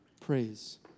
praise